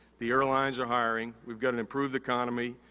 the airlines are hiring, we've got an improved economy,